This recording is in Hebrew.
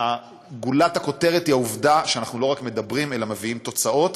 גולת הכותרת היא העובדה שאנחנו לא רק מדברים אלא גם מביאים תוצאות.